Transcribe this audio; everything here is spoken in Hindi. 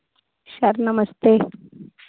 सर नमस्ते